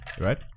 Right